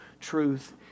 truth